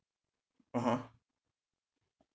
(uh huh)